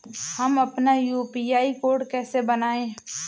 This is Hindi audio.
हम अपना यू.पी.आई कोड कैसे बनाएँ?